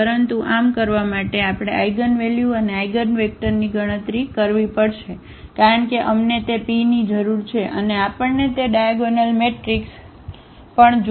તેથી પરંતુ આમ કરવા માટે આપણે આઇગનવેલ્યુ અને આઇગનવેક્ટરની ગણતરી કરવી પડશે કારણ કે અમને તે P ની જરૂર છે અને આપણને તે ડાયાગોનલ મેટ્રિક્સ પણ જોઈએ છે